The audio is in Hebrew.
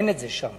אין את זה שם.